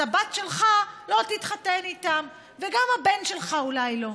אז הבת שלך לא תתחתן איתם, וגם הבן שלך אולי לא.